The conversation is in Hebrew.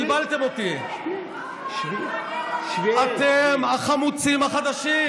הוא התחנן לבוא אלינו, אתם החמוצים החדשים.